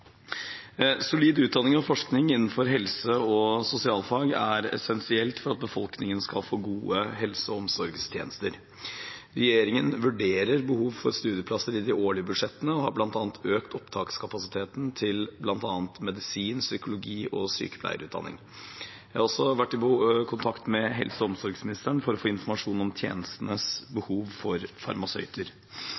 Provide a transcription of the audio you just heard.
Solid utdanning og forskning innenfor helse- og sosialfag er essensielt for at befolkningen skal få gode helse- og omsorgstjenester. Regjeringen vurderer behov for studieplasser i de årlige budsjettene og har økt opptakskapasiteten til bl.a. medisin-, psykologi- og sykepleierutdanningen. Jeg har også vært i kontakt med helse- og omsorgsministeren for å få informasjon om tjenestenes